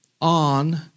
on